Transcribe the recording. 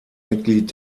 mitglied